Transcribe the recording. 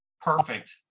Perfect